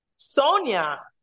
Sonia